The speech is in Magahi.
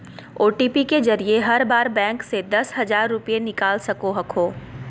ओ.टी.पी के जरिए हर बार बैंक से दस हजार रुपए निकाल सको हखो